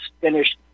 finished